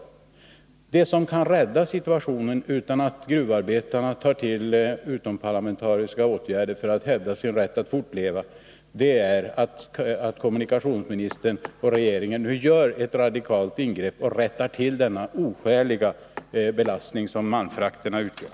Vad som kan rädda situationen utan att gruvarbetarna tar till utomparlamentariska åtgärder för att hävda sin rätt att fortleva, det är att kommunikationsministern och regeringen nu gör ett radikalt ingrepp och rättar till denna oskäliga belastning som malmfrakterna utgör.